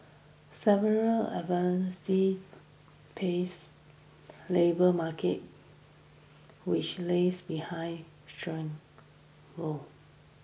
several pace labour market which lags behind